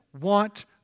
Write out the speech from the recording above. want